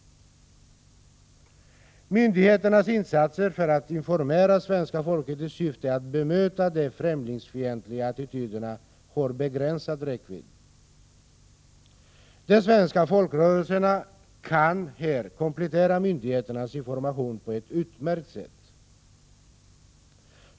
Myndigheternas insatser för att informera svenska folket i syfte att bemöta de främlingsfientliga attityderna har begränsad räckvidd. De svenska folkrörelserna kan här komplettera myndigheternas information på ett utmärkt sätt.